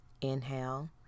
Inhale